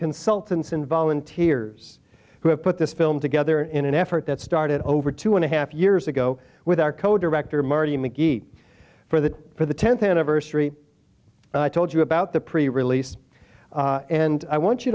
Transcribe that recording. consultants and volunteers who have put this film together in an effort that started over two and a half years ago with our co director marty mcgee for that for the tenth anniversary i told you about the pre release and i want you